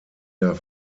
der